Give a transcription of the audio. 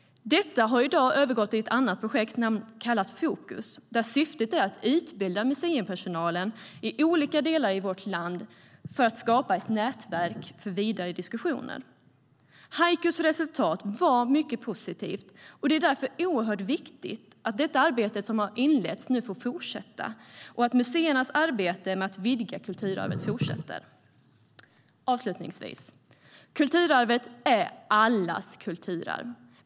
Detta har i dag övergått i ett projekt kallat Fokus, där syftet är att utbilda museipersonal från olika delar av vårt land för att skapa ett nätverk för vidare diskussioner. Haikus resultat var mycket positivt, och det är därför oerhört viktigt att det arbete som nu har inletts får fortsätta och att museernas arbete med att vidga kulturarvet fortsätter. Kulturarvet är allas kulturarv.